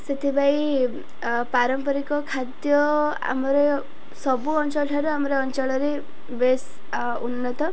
ସେଥିପାଇଁ ପାରମ୍ପରିକ ଖାଦ୍ୟ ଆମର ସବୁ ଅଞ୍ଚଳଠାରୁ ଆମର ଅଞ୍ଚଳରେ ବେଶ ଉନ୍ନତ